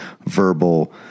verbal